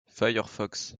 firefox